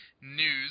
news